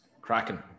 cracking